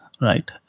right